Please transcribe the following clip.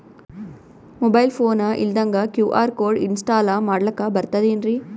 Mobile phone ಇಲ್ದಂಗ QR code install ಮಾಡ್ಲಕ ಬರ್ತದೇನ್ರಿ?